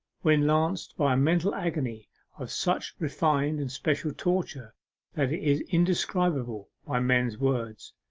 when lanced by a mental agony of such refined and special torture that it is indescribable by men's words,